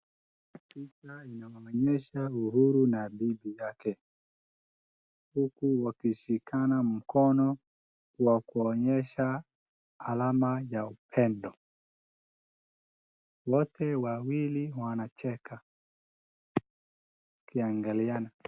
Picha inaonyesha Uhuru na bibi yake, huku wakishikana mkono kwa kunyesha alama ya upendo, wote wawili wanacheka, wakiangaliana.